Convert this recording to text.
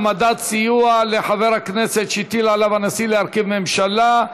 העמדת סיוע לחבר הכנסת שהטיל עליו הנשיא להרכיב ממשלה),